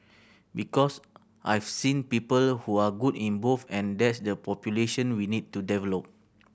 because I've seen people who are good in both and that's the population we need to develop